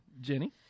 Jenny